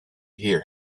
hear